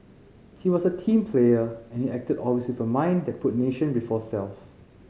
he was a team player and he acted always with a mind that put nation before self